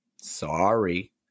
sorry